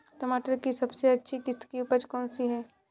टमाटर की सबसे अच्छी किश्त की उपज कौन सी है?